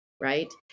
right